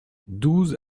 douze